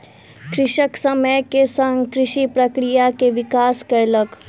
कृषक समय के संग कृषि प्रक्रिया के विकास कयलक